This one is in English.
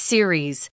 Series